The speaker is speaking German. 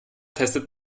testet